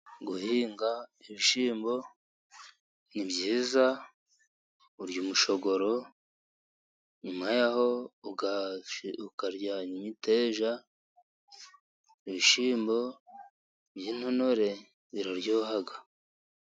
Guhinga ibishyimbo ni byiza urya umushogoro nyuma yaho ukarya imiteja, ibishyimbo by'intontore ziraryoha.